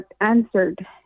answered